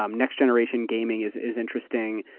um next-generation gaming is is interesting,